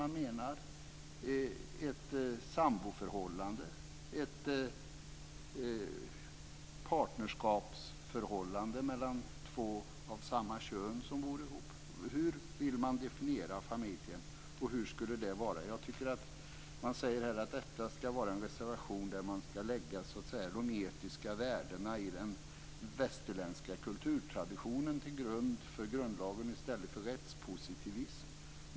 Men hur är det med ett samboförhållande eller ett partnerskapsförhållande med två av samma kön som bor ihop? Hur vill man definiera familjen, och hur skulle det vara? Man säger i reservationen att man ska lägga de etiska värdena i den västerländska kulturtraditionen till grund för grundlagen i stället för rättspositivism.